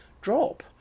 drop